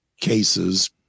cases